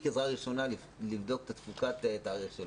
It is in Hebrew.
עזרה ראשונה לבדוק את תפוגת התאריך,